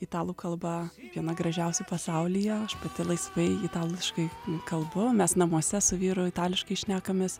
italų kalba viena gražiausių pasaulyje aš pati laisvai itališkai kalbu mes namuose su vyru itališkai šnekamės